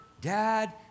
Dad